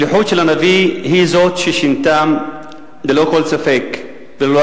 שליחות הנביא היא זו ששינתה ללא כל ספק וללא